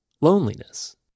loneliness